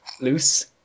Loose